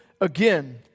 again